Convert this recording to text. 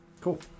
cool